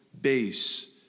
base